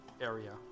area